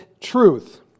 truth